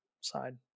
side